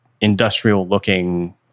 industrial-looking